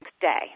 day